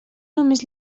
només